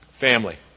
Family